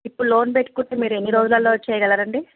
ఇప్పుడు లోన్ పెట్టుకుంటే మీరు ఎన్ని రోజులలో చేయగలరండి